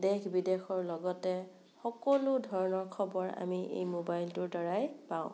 দেশ বিদেশৰ লগতে সকলো ধৰণৰ খবৰ আমি এই মোবাইলটোৰ দ্বাৰাই পাওঁ